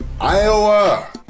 iowa